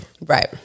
Right